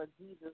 Jesus